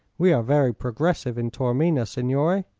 we are very progressive in taormina, signore.